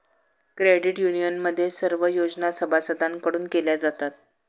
credit युनियनमध्ये सर्व योजना सभासदांकडून केल्या जातात